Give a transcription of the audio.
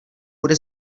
bude